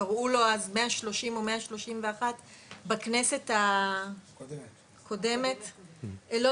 קראו לו אז 130 או 131 בכנסת הקודמת ה-24.